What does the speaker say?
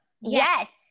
Yes